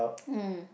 mm